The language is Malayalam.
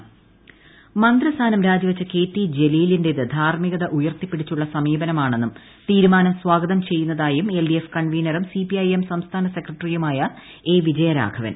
കൃഷ്ണികൾക്കുകയും എ വിജയരാഘവൻ മന്ത്രിസ്ഥാനം രാജിവെച്ച കെ ടി ജലീലിന്റേത് ധാർമികത ഉയർത്തിപ്പിടിച്ചുള്ള സമീപനമാണെന്നും തീരുമാനം സ്വാഗതം ചെയ്യുന്നതായും എൽ ഡി എഫ് കൺവീനറും സി പി ഐ എം സംസ്ഥാന സെക്രട്ടറിയുമായ എ വിജയരാഘവൻ